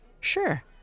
Sure